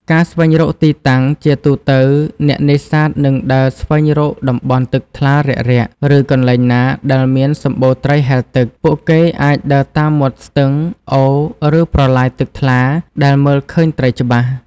ការស្វែងរកទីតាំង ជាទូទៅ អ្នកនេសាទនឹងដើរស្វែងរកតំបន់ទឹកថ្លារាក់ៗ ឬកន្លែងណាដែលមានសម្បូរត្រីហែលទឹក។ ពួកគេអាចដើរតាមមាត់ស្ទឹង អូរ ឬប្រឡាយទឹកថ្លាដែលមើលឃើញត្រីច្បាស់។